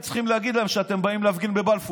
צריכים להגיד להם שאתם באים להפגין בבלפור,